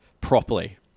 properly